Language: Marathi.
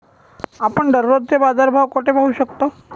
आपण दररोजचे बाजारभाव कोठे पाहू शकतो?